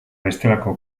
bestelako